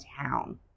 town